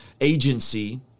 agency